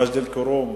מג'ד-אל-כרום,